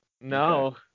No